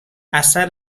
اثر